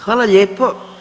Hvala lijepo.